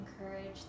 encourage